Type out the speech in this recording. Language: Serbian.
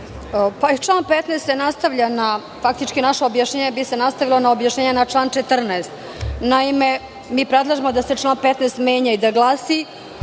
Član 15. se nastavlja faktički, naše objašnjenje bi se nastavilo na objašnjenje na član 14.Naime, mi predlažemo da se član 15. menja i da glasi